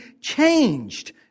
changed